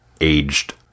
aged